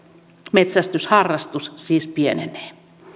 metsästysharrastus siis pienenee